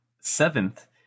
seventh